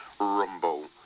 rumble